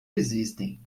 existem